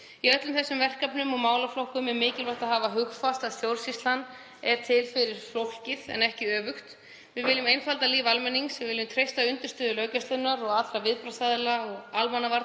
Í öllum þessum verkefnum og málaflokkum er mikilvægt að hafa hugfast að stjórnsýslan er til fyrir fólkið en ekki öfugt. Við viljum einfalda líf almennings. Við viljum treysta undirstöður löggæslunnar og allra viðbragðsaðila almannavarna